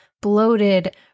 bloated